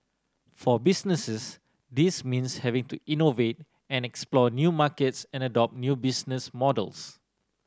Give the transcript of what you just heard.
for businesses this means having to innovate and explore new markets and adopt new business models